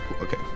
okay